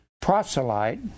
proselyte